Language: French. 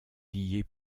lier